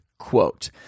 quote